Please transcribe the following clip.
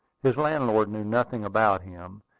his landlord knew nothing about him,